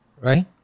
right